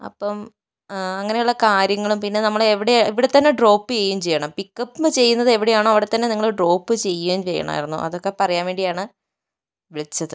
അപ്പം അങ്ങനെയുള്ള കാര്യങ്ങളും പിന്നെ നമ്മൾ എവിടെ ഇവിടെത്തന്നെ ഡ്രോപ്പ് ചെയ്യുകയും ചെയ്യണം പിക്ക് അപ്പ് ചെയ്യുന്നത് എവിടെയാണോ അവിടെ തന്നെ നിങ്ങൾ ഡ്രോപ്പ് ചെയ്യുകയും ചെയ്യണമായിരുന്നു അതൊക്കെ പറയാൻ വേണ്ടിയാണ് വിളിച്ചത്